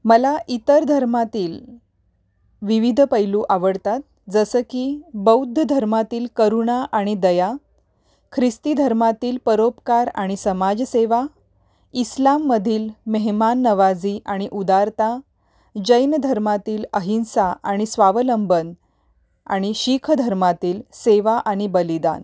मला इतर धर्मातील विविध पैलू आवडतात जसं की बौद्ध धर्मातील करुणा आणि दया ख्रिस्ती धर्मातील परोपकार आणि समाजसेवा इस्लाममधील मेहमान नवाजी आणि उदारता जैन धर्मातील अहिंसा आणि स्वावलंबन आणि शिख धर्मातील सेवा आणि बलिदान